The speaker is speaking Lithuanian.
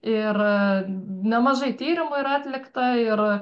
ir nemažai tyrimų yra atlikta ir